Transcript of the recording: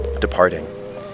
departing